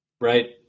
right